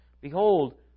behold